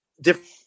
different